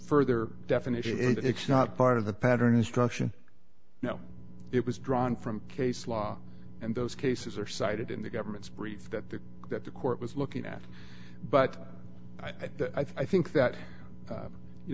further definition and it's not part of the pattern instruction now it was drawn from case law and those cases are cited in the government's brief that the that the court was looking at but i think that